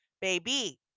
baby